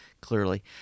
clearly